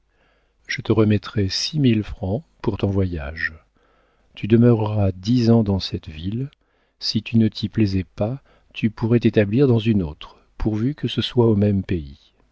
je te remettrai six mille francs pour ton voyage tu demeureras dix ans dans cette ville si tu ne t'y plaisais pas tu pourrais t'établir dans une autre pourvu que ce soit au même pays